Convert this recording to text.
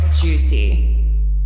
juicy